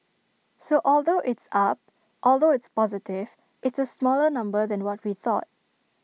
so although it's up although it's positive it's A smaller number than what we thought